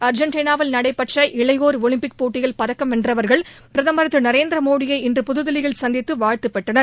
அர்ஜென்டினாவில் நடைபெற்ற இளையோர் ஒலிம்பிக் போட்டியில் பதக்கம் வென்றவர்கள் பிரதமர் திருநரேந்திரமோடியை இன்று புதுதில்லியில் சந்தித்துவாழ்த்துப் பெற்றனர்